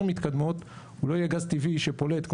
מתקדמות הוא לא יהיה גז טבעי שפולט,